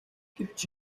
гэвч